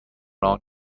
long